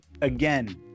again